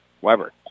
Weber